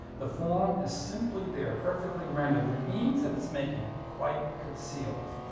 the form is simply there, perfectly rendered, the means of its making quite concealed.